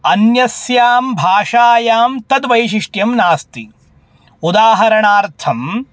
अन्यस्यां भाषायां तद् वैशिष्ट्यं नास्ति उदाहरणार्थम्